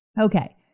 Okay